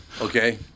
okay